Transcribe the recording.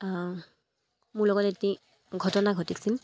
মোৰ লগত এটি ঘটনা ঘটিছিল